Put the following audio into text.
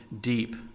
deep